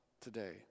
today